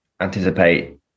anticipate